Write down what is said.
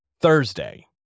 Thursday